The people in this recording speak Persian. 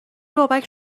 بابک